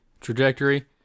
trajectory